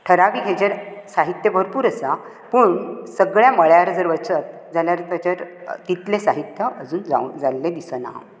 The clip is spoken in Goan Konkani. थारावीक हाचेजेर साहित्य भरपूर आसा पूण सगळे मळांर जर वचत जाल्यार ताजेर तितले साहित्य अजून जाल्ले दिसना